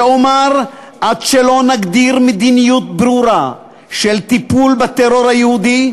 ואומר: עד שלא נגדיר מדיניות ברורה של טיפול בטרור היהודי,